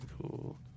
cool